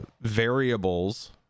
variables